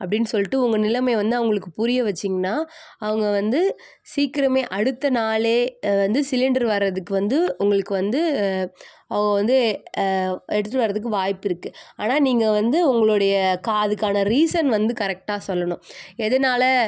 அப்படின்னு சொல்லிட்டு உங்கள் நிலமையை வந்து அவங்களுக்கு புரிய வெச்சிங்கனா அவங்க வந்து சீக்கிரமே அடுத்த நாளே வந்து சிலிண்டரு வர்றதுக்கு வந்து உங்களுக்கு வந்து அவங்க வந்து எடுத்துட்டு வர்றதுக்கு வாய்ப்பு இருக்குது ஆனால் நீங்கள் வந்து உங்களுடைய அதுக்கான ரீசன் வந்து கரெக்டாக சொல்லணும் எதனால